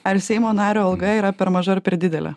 ar seimo nario alga yra per maža ar per didelė